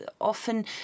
often